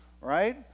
right